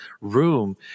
room